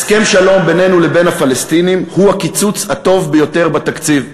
הסכם שלום בינינו לבין הפלסטינים הוא הקיצוץ הטוב ביותר בתקציב.